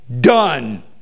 done